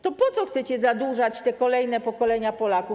To po co chcecie zadłużać te kolejne pokolenia Polaków?